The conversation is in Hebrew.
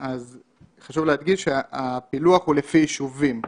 חשוב להדגיש שהפילוח הוא לפי ישובים,